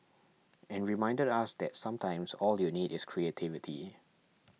and reminded us that sometimes all you need is creativity